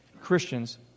Christians